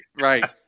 right